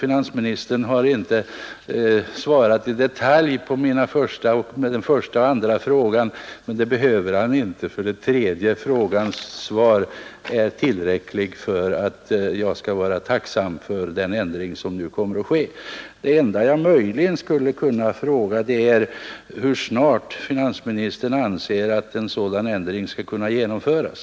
Finansministern har inte svarat i detalj på den första och den andra av mina frågor, men det behöver han inte göra, eftersom svaret på den tredje frågan är tillräckligt för att jag skall vara tacksam för den ändring som nu kommer att ske. Det enda jag möjligen skulle kunna fråga är: Hur snart anser finansministern att en sådan ändring skall kunna genomföras?